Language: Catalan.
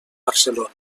barcelona